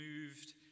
moved